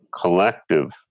collective